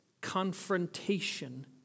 confrontation